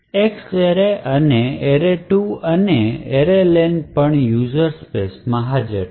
X array અને array2 અને array len પણ યુઝર સ્પેસ મા છે